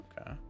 Okay